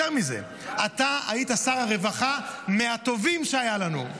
יותר מזה, אתה היית שר הרווחה מהטובים שהיו לנו.